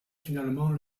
finalement